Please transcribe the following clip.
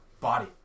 Body